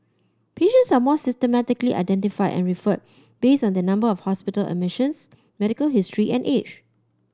patients are more systematically identified and referred based on their number of hospital admissions medical history and age